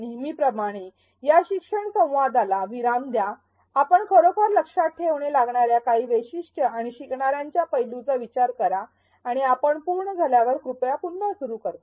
नेहमीप्रमाणे या शिक्षण संवादाला विराम द्या आपण खरोखर लक्षात ठेवावे लागणार्या काही वैशिष्ट्ये किंवा शिकणार्यांच्या पैलूंचा विचार करा आणि आपण पूर्ण झाल्यावर कृपया पुन्हा सुरू करा